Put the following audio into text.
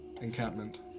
encampment